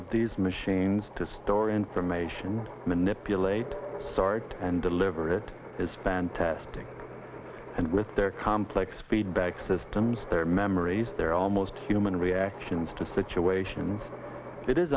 of these machines to store information manipulate sard and deliver it is fantastic and with their complex feedback systems their memories there are almost human reactions to situations it is